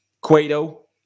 Cueto